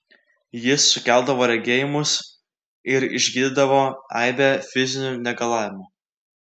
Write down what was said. jis sukeldavo regėjimus ir išgydydavo aibę fizinių negalavimų